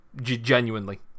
Genuinely